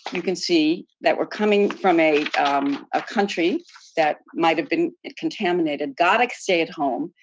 you can see that were coming from a ah country that might've been contaminated got to stay at home.